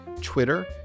Twitter